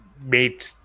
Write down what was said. made